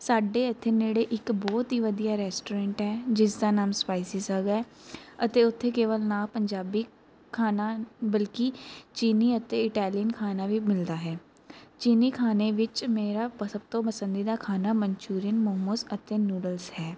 ਸਾਡੇ ਇਥੇ ਨੇੜੇ ਇੱਕ ਬਹੁਤ ਹੀ ਵਧੀਆ ਰੈਸਟੋਰੈਂਟ ਹੈ ਜਿਸਦਾ ਨਾਮ ਸਪਾਈਸੀ ਸਾਗਾ ਹੈ ਅਤੇ ਉੱਥੇ ਕੇਵਲ ਨਾ ਪੰਜਾਬੀ ਖਾਣਾ ਬਲਕਿ ਚੀਨੀ ਅਤੇ ਇਟਾਲੀਅਨ ਖਾਣਾ ਵੀ ਮਿਲਦਾ ਹੈ ਚੀਨੀ ਖਾਣੇ ਵਿੱਚ ਮੇਰਾ ਸਭ ਤੋਂ ਪਸੰਦ ਦਾ ਖਾਣਾ ਮੰਚੂਰੀਅਨ ਮੋਮੋਜ ਅਤੇ ਨੂਡਲਸ ਹੈ